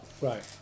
Right